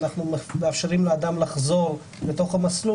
ואנחנו מאפשרים לאדם לחזור לתוך המסלול